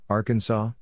Arkansas